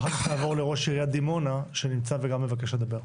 ואחר כך נעבור לראש עיריית דימונה שנמצא וגם מבקש לדבר.